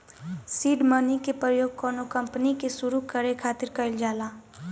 seed money के प्रयोग कौनो कंपनी के सुरु करे खातिर कईल जाला